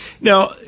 Now